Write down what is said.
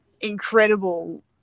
incredible